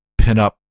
pinup